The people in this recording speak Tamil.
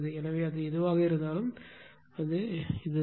எனவே அது எதுவாக இருந்தாலும் அது ஒன்றுதான்